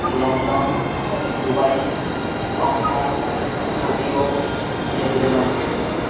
London Dubai Hong Kong Tokyo Jerusalem